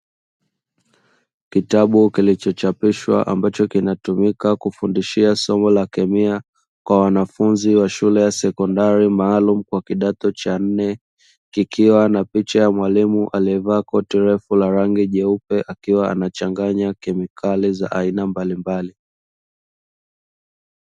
Kitabu kilichochapishwa ambacho kinatumika kufundishia somo la kemia kwa wanafunzi wa shule ya sekondari, maalumu kwa kidato cha nne kikiwa na picha ya mwalimu aliyevaa koti tefu la rangi nyeupe akiwa anachanganya kemikali za aina mbalimbali.